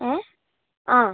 ഏ ആ